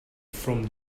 from